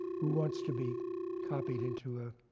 who wants to be copied into a